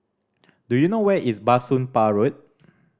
do you know where is Bah Soon Pah Road